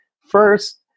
First